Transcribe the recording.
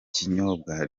kinyobwa